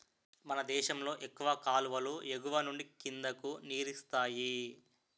మనదేశంలో ఎక్కువ కాలువలు ఎగువనుండి కిందకి నీరిస్తాయి